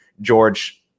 George